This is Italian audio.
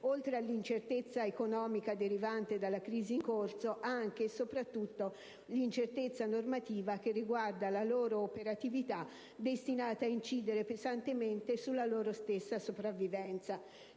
oltre all'incertezza economica derivante dalla crisi in corso, anche e soprattutto l'incertezza normativa che riguarda la loro operatività destinata ad incidere pesantemente sulla loro stessa sopravvivenza.